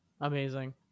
amazing